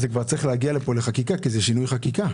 אבל זה כבר צריך להגיע לכאן לחקיקה כי זה שינוי חקיקה.